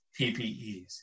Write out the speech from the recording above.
PPEs